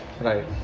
Right